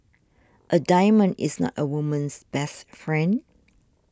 a diamond is not a woman's best friend